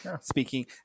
speaking